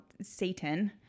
satan